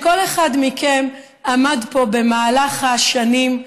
כל אחד מכם עמד פה במהלך השנים,